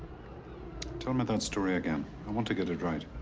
tell me that story again. i want to get it right.